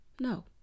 no